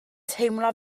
teimlo